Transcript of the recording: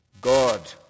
God